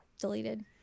deleted